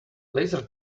laser